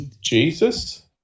Jesus